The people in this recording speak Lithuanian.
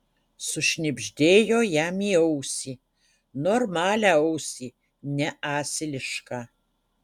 sušnibždėjo jam į ausį normalią ausį ne asilišką